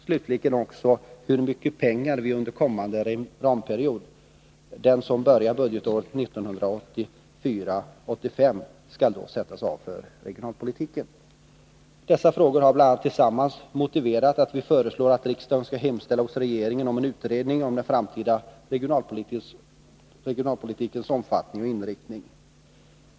Slutligen måste vi fråga hur mycket pengar som under kommande ramperiod, den som börjar budgetåret 1984/85, skall sättas av för regionalpolitiken. Dessa frågor har bl.a. tillsammans motiverat att vi föreslår att riksdagen skall hemställa hos regeringen om en utredning om den framtida regionalpolitikens omfattning och inriktning.